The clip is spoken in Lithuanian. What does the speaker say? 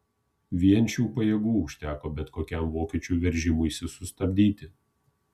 vien šių pajėgų užteko bet kokiam vokiečių veržimuisi sustabdyti